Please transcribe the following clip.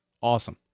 Awesome